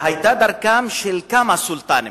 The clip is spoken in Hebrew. דרכם של כמה סולטנים